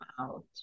out